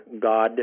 God